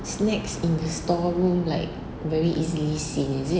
snacks in the storeroom like very easily seen is it